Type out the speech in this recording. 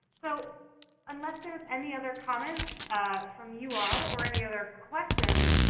so unless there's any other comments from you all or any other questions,